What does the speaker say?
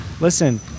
Listen